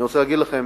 אני רוצה להגיד לכם,